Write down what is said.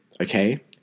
okay